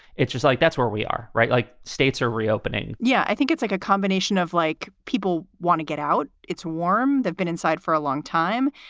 it's just like that's where we are, right? like states are reopening yeah, i think it's like a combination of like people want to get out. it's warm. they've been inside for a long time.